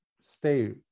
stay